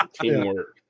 Teamwork